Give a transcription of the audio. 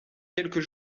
quelques